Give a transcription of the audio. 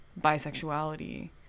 bisexuality